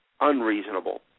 unreasonable